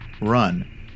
run